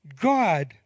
God